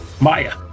Maya